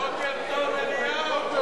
בוקר טוב, אליהו.